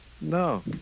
No